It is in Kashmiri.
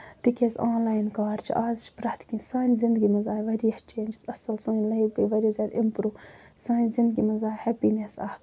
تِکیاز آنلاین کار چھُ آز چھُ پرٮ۪تھ کیٚنٛہہ سانہِ زِندگی منٛز آیہِ واریاہ چینجِز اَصٕل سٲنۍ لایف گٔے واریاہ زیادٕ اَمپروٗ سانہِ زِندگی منٛز آیہِ ہیٚپینٮ۪س اکھ